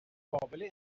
قابل